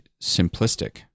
simplistic